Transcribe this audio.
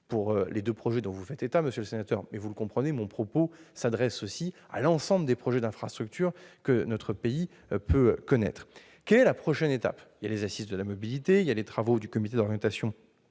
pour les deux projets dont vous faites état, monsieur le sénateur, mais vous comprendrez que mon propos concerne l'ensemble des projets d'infrastructures que notre pays peut connaître. Quelle est la prochaine étape ? Les Assises de la mobilité et les travaux du Conseil d'orientation